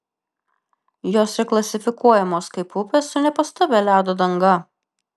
jos ir klasifikuojamos kaip upės su nepastovia ledo danga